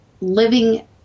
living